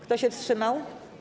Kto się wstrzymał?